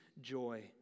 joy